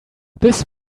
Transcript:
this